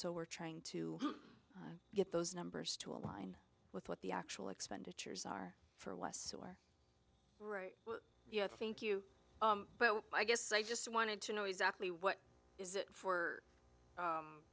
so we're trying to get those numbers to align with what the actual expenditures are for westshore right yet thank you but i guess i just wanted to know exactly what is it for